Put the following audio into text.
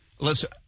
Listen